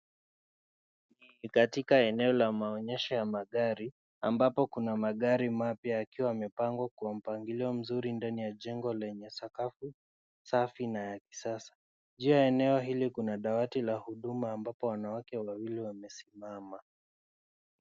Ni katika eneo la maonyesho ya magari ambapo kuna magari mapya yakiwa yamepangwa kwa mpangilio mzuri ndani ya jengo lenye sakafu safi na ya kisasa, juu ya eneo hili kuna dawati la huduma ambapo wanawake wawili wamesimama